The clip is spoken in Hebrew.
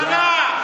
תודה.